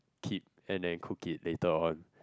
keep and then cook it later on